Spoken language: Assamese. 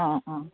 অঁ অঁ